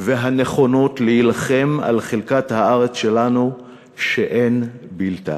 והנכונות להילחם על חלקת הארץ שאין בלתה.